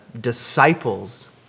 disciples